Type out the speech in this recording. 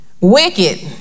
Wicked